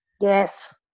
Yes